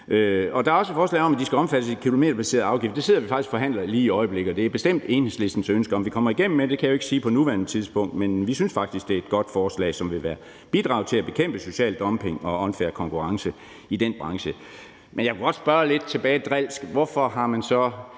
Og der er også et forslag om, at de skal omfattes af en kilometerbaseret afgift. Det sidder vi faktisk og forhandler lige i øjeblikket, og det er bestemt Enhedslistens ønske. Om vi kommer igennem med det, kan jeg jo ikke sige på nuværende tidspunkt, men vi synes faktisk, det er et godt forslag, som vil bidrage til at bekæmpe social dumping og unfair konkurrence i den branche. Men jeg kunne godt lidt drilsk spørge tilbage: Hvorfor har man så